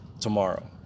tomorrow